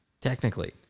Technically